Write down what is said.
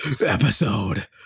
episode